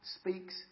speaks